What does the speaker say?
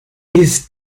ist